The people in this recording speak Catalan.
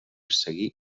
seguir